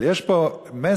אבל יש פה מסר,